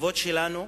ברחובות שלנו,